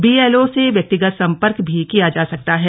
BLO से व्यक्तिगत सम्पर्क भी किया जा सकता है